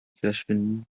verschwinden